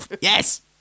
Yes